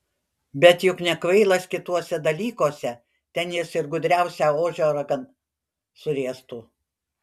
bet juk nekvailas kituose dalykuose ten jis ir gudriausią ožio ragan suriestų